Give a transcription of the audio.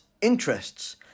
interests